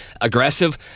aggressive